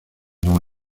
non